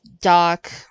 doc